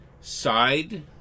side